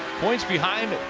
points behind,